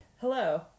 Hello